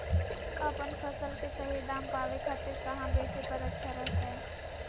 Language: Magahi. अपन फसल के सही दाम पावे खातिर कहां बेचे पर अच्छा रहतय?